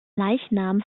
leichnam